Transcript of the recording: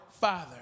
Father